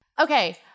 Okay